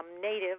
native